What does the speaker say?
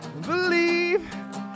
believe